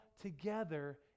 together